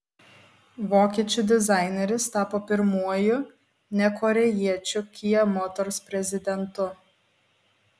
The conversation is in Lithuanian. vokiečių dizaineris tapo pirmuoju ne korėjiečiu kia motors prezidentu